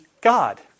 God